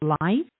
life